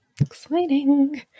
Exciting